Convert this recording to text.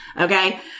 Okay